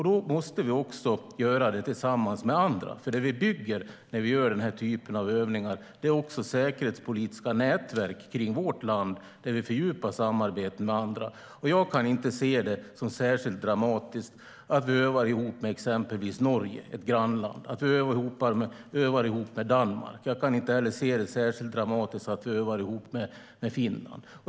Då måste vi också göra det tillsammans med andra. När vi gör den här typen av övningar bygger vi också säkerhetspolitiska nätverk kring vårt land. Vi fördjupar samarbeten med andra. Och jag kan inte se det som särskilt dramatiskt att vi övar ihop med exempelvis Norge, ett grannland, och att vi övar ihop med Danmark. Jag kan inte heller se det som särskilt dramatiskt att vi övar ihop med Finland.